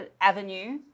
avenue